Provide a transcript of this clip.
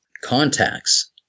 contacts